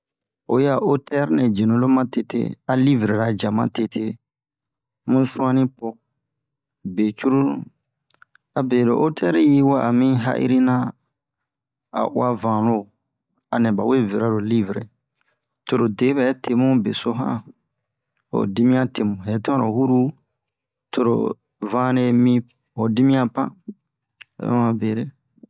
Oyi a otɛr nɛ jenu lo ma tete a livrera ja ma tete mu suwani po be cururu abe lo otɛr yi wa'a mi ha'iri na a uwa vano a nɛ ba we vera lo livre toro de bɛ temu beso han o ho dimiyan temu hɛtian lo huru toro vane mi ho dimiyan pan o bɛ mamu bere